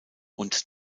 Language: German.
und